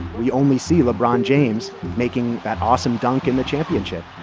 we only see lebron james making that awesome dunk in the championship